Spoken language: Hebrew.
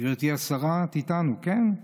גברתי השרה, את איתנו, כן?